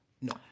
No